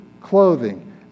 clothing